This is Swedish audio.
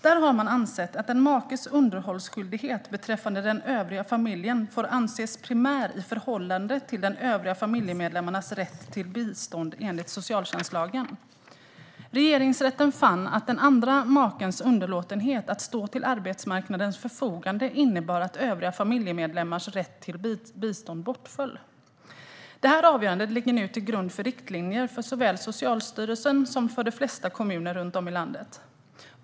Där har man ansett att en makes underhållsskyldighet beträffande den övriga familjen får anses primär i förhållande till de övriga familjemedlemmarnas rätt till bistånd enligt socialtjänstlagen. Regeringsrätten fann att den andre makens underlåtenhet att stå till arbetsmarknadens förfogande innebar att övriga familjemedlemmars rätt till bistånd bortföll. Det här avgörandet ligger nu till grund för riktlinjer för såväl Socialstyrelsen som de flesta kommuner runt om i landet.